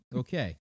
okay